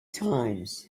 times